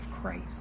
Christ